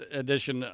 edition